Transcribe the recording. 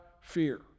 fear